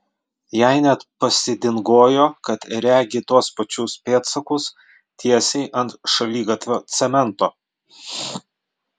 jai net pasidingojo kad regi tuos pėdsakus tiesiai ant šaligatvio cemento